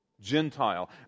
Gentile